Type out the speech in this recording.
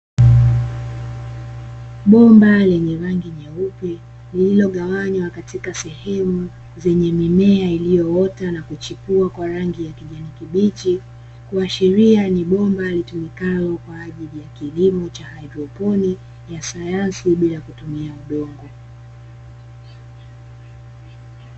Bomba lenye rangi nyeupe, lililogawanywa katika sehemu zenye mimea ilioyota na kuchipua kwa rangi ya kijani kibichi, kuashiria ni bomba litumikalo kwa ajili ya kilimo cha haidroponi ya sayansi bila kutumia udongo.